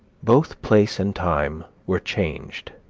both place and time were changed,